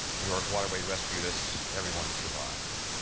new york waterway rescued us. everyone survived.